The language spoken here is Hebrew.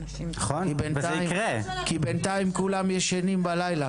כי בינתיים כולם ישנים בלילה.